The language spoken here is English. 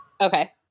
Okay